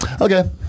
Okay